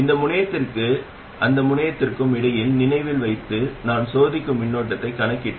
சீரழிவு என்றால் ஏதோ ஒன்று சீரழிந்தது அல்லது குறைக்கப்பட்டது